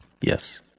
Yes